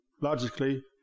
logically